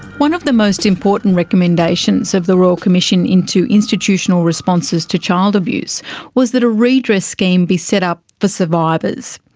one of the most important recommendations of the royal commission into institutional responses to child abuse was that a redress scheme be set up for survivors.